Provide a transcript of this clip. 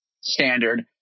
standard